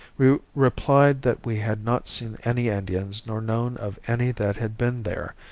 we replied that we had not seen any indians nor known of any that had been there.